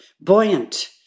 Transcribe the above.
buoyant